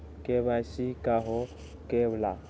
KYC का हो के ला?